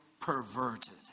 perverted